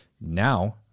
Now